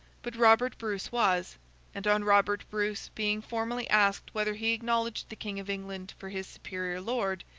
but robert bruce was and on robert bruce being formally asked whether he acknowledged the king of england for his superior lord,